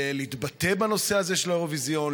להתבטא בנושא הזה של האירוויזיון,